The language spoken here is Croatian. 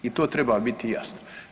I to treba biti jasno.